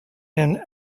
and